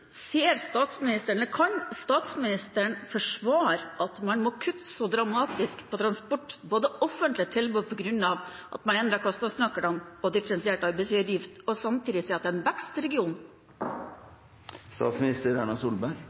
Kan statsministeren forsvare at man må kutte så dramatisk innen transport på det offentlige tilbudet i Nord-Norge på grunn av at man endret kostnadsnøkkelen og differensiert arbeidsgiveravgift, og samtidig si at det er en